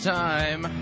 time